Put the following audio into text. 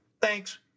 thanks